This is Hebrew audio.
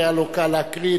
שהיה לו קל להקריא,